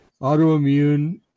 autoimmune